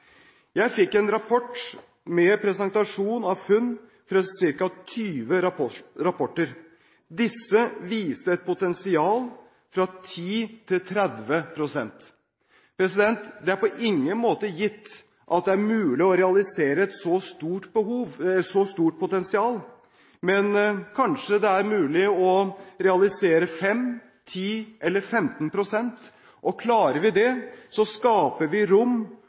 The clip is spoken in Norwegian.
Jeg fikk en rapport med presentasjon av funn fra ca. 20 rapporter. Disse viste et potensial fra 10 pst. til 30 pst. Det er på ingen måte gitt at det er mulig å realisere et så stort potensial, men kanskje det er mulig å realisere 5 pst., 10 pst. eller 15 pst. Klarer vi det, skaper vi rom